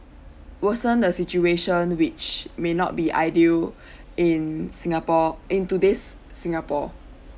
worsen the situation which may not be ideal in singapore in today's singapore